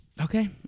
Okay